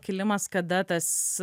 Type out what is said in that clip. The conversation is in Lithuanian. kilimas kada tas